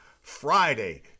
Friday